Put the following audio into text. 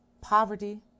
poverty